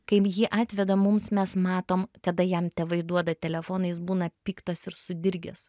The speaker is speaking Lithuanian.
kaip jį atveda mums mes matom tada jam tėvai duoda telefoną jis būna piktas ir sudirgęs